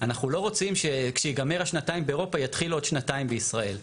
אנחנו לא רוצים שכשייגמר השנתיים באירופה יתחילו עוד שנתיים בישראל.